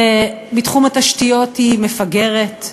בתחום התשתיות היא מפגרת,